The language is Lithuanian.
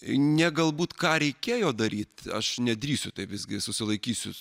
ne galbūt ką reikėjo daryti aš nedrįsiu taip visgi susilaikysiu